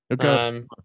Okay